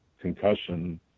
concussion